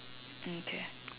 okay